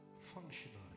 functionary